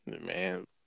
man